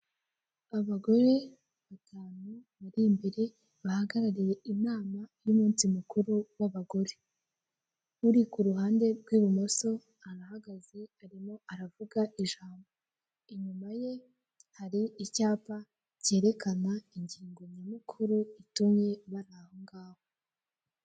Abagore batanu bari imbere bahagarariye inama y'umunsi mukuru w'abagore, uri ku ruhande rw'ibumuso arahagaze arimo aravuga ijambo, inyuma ye hari icyapa kerekana ingingo nyamukuru itumye bari aho ngaho.